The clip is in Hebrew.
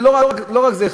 לא רק זה,